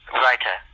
writer